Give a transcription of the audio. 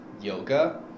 yoga